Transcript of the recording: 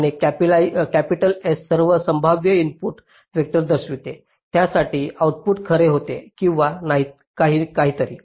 आणि capital S सर्व संभाव्य इनपुट वेक्टर दर्शविते ज्यासाठी आउटपुट खरे होते किंवा काहीतरी